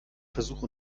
versuch